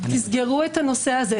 תסגרו את הנושא הזה,